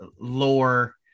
lore